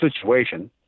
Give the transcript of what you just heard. situation